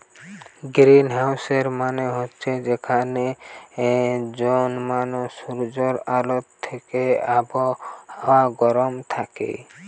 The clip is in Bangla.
গ্রীনহাউসের মানে হচ্ছে যেখানে জমানা সূর্যের আলো থিকে আবহাওয়া গরম থাকে